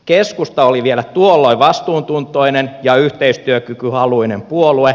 keskusta oli vielä tuolloin vastuuntuntoinen ja yhteistyökykyhaluinen puolue